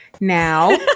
now